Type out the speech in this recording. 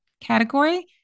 category